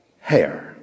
hair